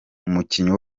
umukinnyi